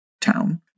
town